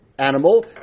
animal